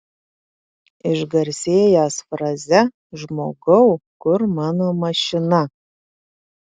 išgarsėjęs fraze žmogau kur mano mašina